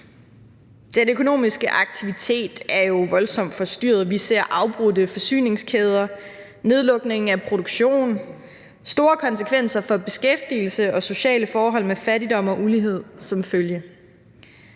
Den økonomiske aktivitet er jo voldsomt forstyrret. Vi ser afbrudte forsyningskæder, nedlukning af produktion og store konsekvenser for beskæftigelse og sociale forhold med fattigdom og ulighed som følge.